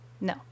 No